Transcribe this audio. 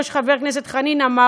כמו שחבר הכנסת חנין אמר,